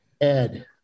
Ed